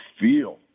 feel